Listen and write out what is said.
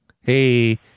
hey